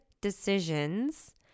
decisions